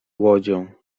łodzią